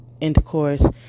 intercourse